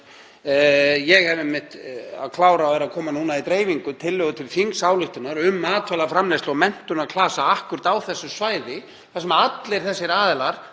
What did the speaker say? Ég er einmitt að klára og koma núna í dreifingu tillögu til þingsályktunar um matvælaframleiðslu og menntunarklasa akkúrat á þessu svæði þar sem allir þessir aðilar